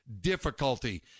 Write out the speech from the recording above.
difficulty